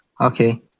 Okay